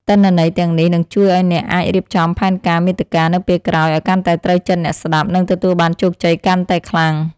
ទិន្នន័យទាំងនេះនឹងជួយឱ្យអ្នកអាចរៀបចំផែនការមាតិកានៅពេលក្រោយឱ្យកាន់តែត្រូវចិត្តអ្នកស្តាប់ និងទទួលបានជោគជ័យកាន់តែខ្លាំង។